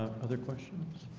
other questions,